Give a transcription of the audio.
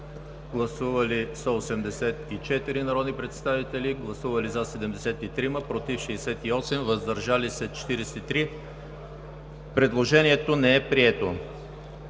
Гласували 137 народни представители: за 32, против 79, въздържали се 26. Предложението не е прието.